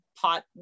pot